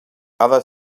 other